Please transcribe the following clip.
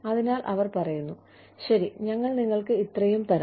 അതിനാൽ അവർ പറയുന്നു ശരി ഞങ്ങൾ നിങ്ങൾക്ക് ഇത്രയും തരാം